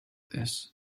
this